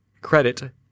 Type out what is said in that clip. credit